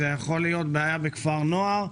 זה יכול להיות בעיה בכפר נוער,